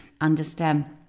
understand